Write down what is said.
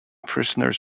prisoners